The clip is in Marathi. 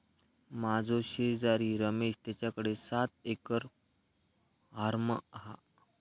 माझो शेजारी रमेश तेच्याकडे सात एकर हॉर्म हा